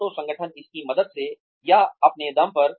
या तो संगठन इसकी मदद से या अपने दम पर